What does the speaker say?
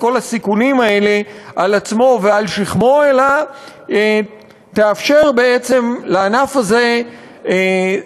כל הסיכונים הלאה על עצמו ועל שכמו אלא תאפשר לענף הזה סיוע,